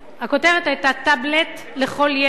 הכותרת היתה "טאבלט לכל ילד,